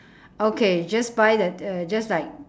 okay just buy the uh just like